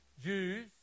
Jews